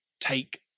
take